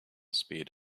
speed